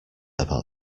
about